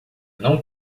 não